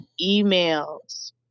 Emails